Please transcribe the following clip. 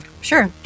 sure